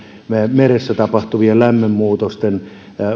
meressä tapahtuvien lämmönmuutosten